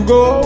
go